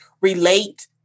relate